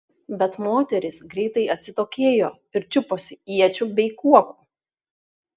bet moterys greitai atsitokėjo ir čiuposi iečių bei kuokų